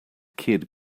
kid